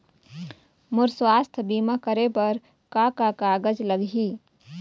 मोर स्वस्थ बीमा करे बर का का कागज लगही?